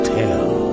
tell